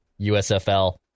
USFL